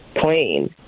plane